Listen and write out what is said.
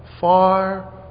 far